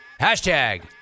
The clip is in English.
Hashtag